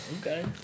Okay